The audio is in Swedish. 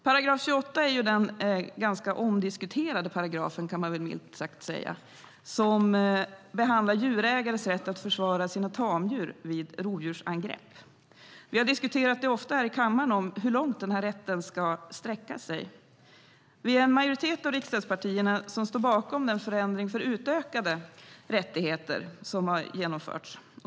§ 28 är den, milt sagt, ganska omdiskuterade paragraf som behandlar djurägares rätt att försvara sina tamdjur vid rovdjursangrepp. Vi har ofta diskuterat här i kammaren hur långt denna rätt ska sträcka sig. Vi är en majoritet av riksdagspartierna som står bakom den förändring för utökade rättigheter som har genomförts.